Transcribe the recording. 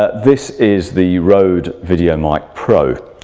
ah this is the rode video mike pro.